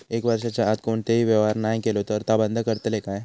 एक वर्षाच्या आत कोणतोही व्यवहार नाय केलो तर ता बंद करतले काय?